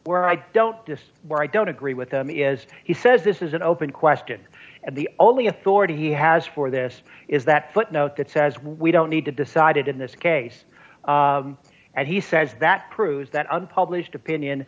where i don't this where i don't agree with him is he says this is an open question and the only authority he has for this is that footnote that says we don't need to decide it in this case and he says that proves that unpublished opinion